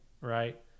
right